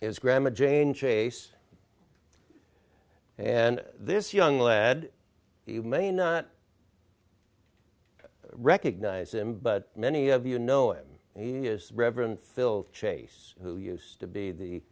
is gramma jane chase and this young lad you may not recognize him but many of you know him and he is reverend phil chase who used to be the